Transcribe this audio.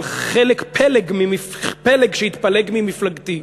אבל פלג שהתפלג ממפלגתי,